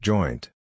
Joint